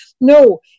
No